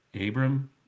Abram